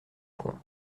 point